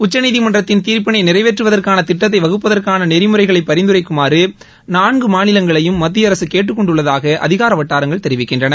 உச்சநீதிமன்றத்தின் தீர்ப்பினை நிறைவேற்றுவதற்கான திட்டத்தை வகுப்பதற்கான நெறிமுறைகளை பரிந்துரைக்குமாறு நான்கு மாநிலங்களையும் மத்திய அரசு கேட்டுக் கொண்டுள்ளதாக அதிகார வட்டாரங்கள் தெரிவிக்கின்றன